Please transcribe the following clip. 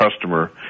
customer